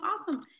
awesome